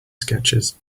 sketches